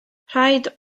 rhaid